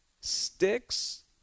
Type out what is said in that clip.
sticks